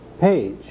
page